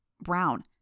brown